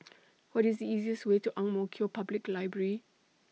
What IS The easiest Way to Ang Mo Kio Public Library